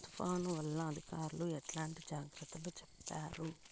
తుఫాను వల్ల అధికారులు ఎట్లాంటి జాగ్రత్తలు చెప్తారు?